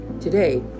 today